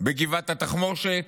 בגבעת התחמושת,